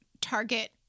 target